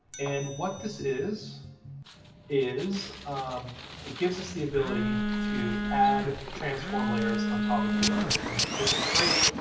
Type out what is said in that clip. and what this is is um it gives us the ability to add transform layers on top of each other. and this is great.